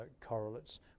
correlates